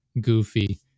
goofy